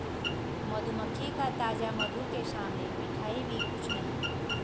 मधुमक्खी का ताजा मधु के सामने मिठाई भी कुछ नहीं